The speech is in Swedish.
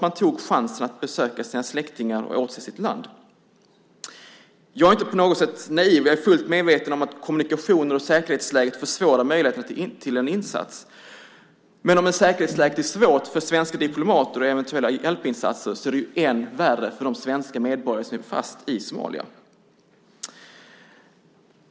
Man tog chansen att besöka sina släktingar och återse sitt land. Jag är inte alls naiv. Jag är fullt medveten om att kommunikationerna och säkerhetsläget försvårar möjligheten till en insats. Men om säkerhetsläget är svårt för svenska diplomater och eventuella hjälpinsatser är det ju ännu värre för de svenska medborgare som är fast i Somalia.